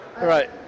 Right